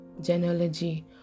genealogy